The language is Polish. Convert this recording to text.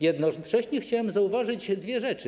Jednocześnie chciałem zauważyć dwie rzeczy.